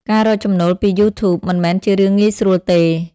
ការរកចំណូលពី YouTube មិនមែនជារឿងងាយស្រួលទេ។